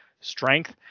strength